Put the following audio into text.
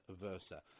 versa